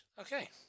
Okay